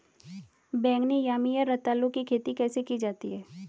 बैगनी यामी या रतालू की खेती कैसे की जाती है?